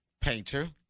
Painter